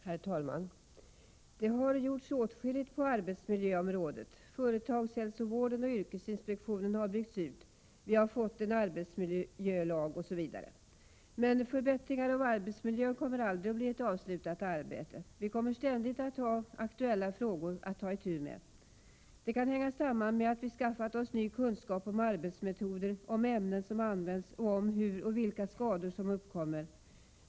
Herr talman! Det har gjorts åtskilligt på arbetsmiljöområdet. Företagshälsovården och yrkesinspektionen har byggts ut. Vi har fått en arbetsmiljölag osv. Men förbättringar av arbetsmiljön kommer aldrig att bli ett avslutat arbete. Vi kommer ständigt att ha aktuella frågor att ta itu med. Det kan hänga samman med att vi skaffat oss ny kunskap om arbetsmetoder, om ämnen som används och om vilka skador som uppkommer.